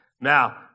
Now